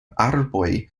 arboj